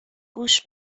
گوش